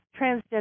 transgender